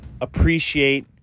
appreciate